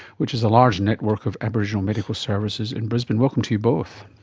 which is a large network of aboriginal medical services in brisbane. welcome to both.